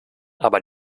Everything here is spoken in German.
aber